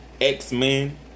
X-Men